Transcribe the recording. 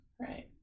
Right